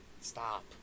stop